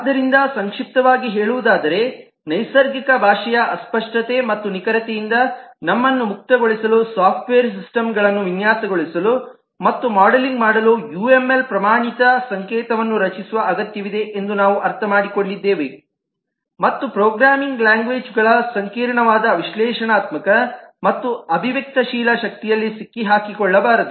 ಆದ್ದರಿಂದ ಸಂಕ್ಷಿಪ್ತವಾಗಿ ಹೇಳುವುದಾದರೆ ನೈಸರ್ಗಿಕ ಭಾಷೆಯ ಅಸ್ಪಷ್ಟತೆ ಮತ್ತು ನಿಖರತೆಯಿಂದ ನಮ್ಮನ್ನು ಮುಕ್ತಗೊಳಿಸಲು ಸಾಫ್ಟ್ವೇರ್ ಸಿಸ್ಟಮ್ಗಳನ್ನು ವಿನ್ಯಾಸಗೊಳಿಸಲು ಮತ್ತು ಮಾಡೆಲಿಂಗ್ ಮಾಡಲು ಯುಎಂಎಲ್ ಪ್ರಮಾಣಿತ ಸಂಕೇತವನ್ನು ರಚಿಸುವ ಅಗತ್ಯವಿದೆ ಎಂದು ನಾವು ಅರ್ಥಮಾಡಿಕೊಂಡಿದ್ದೇವೆ ಮತ್ತು ಪ್ರೋಗ್ರಾಮಿಂಗ್ ಲ್ಯಾಂಗ್ವೇಜ್ಗಳ ಸಂಕೀರ್ಣವಾದ ವಿಶ್ಲೇಷಣಾತ್ಮಕ ಮತ್ತು ಅಭಿವ್ಯಕ್ತಿಶೀಲ ಶಕ್ತಿಯಲ್ಲಿ ಸಿಕ್ಕಿಹಾಕಿಕೊಳ್ಳಬಾರದು